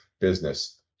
business